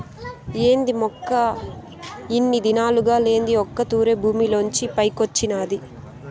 ఏంది మొక్క ఇన్ని దినాలుగా లేంది ఒక్క తూరె భూమిలోంచి పైకొచ్చినాది